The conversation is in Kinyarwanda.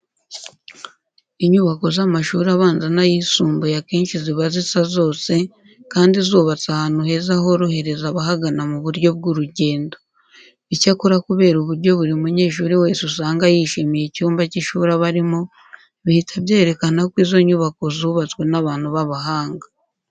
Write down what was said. Inyubako z'amashuri abanza n'ayisumbuye akenshi ziba zisa zose kandi zubatse ahantu heza horohereza abahagana mu buryo bw'urugendo. Icyakora kubera uburyo buri munyeshuri wese usanga yishimiye icyumba cy'ishuri aba arimo, bihita byerekana ko izo nyubako zubatswe n'abantu b'abahanga.